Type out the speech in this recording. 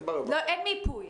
אין ברווחה --- לא, אין מיפוי.